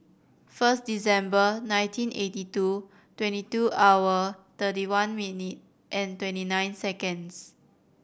first Decenber nineteen eighty two twenty two hour thirty one minute and twenty nine seconds